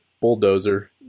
bulldozer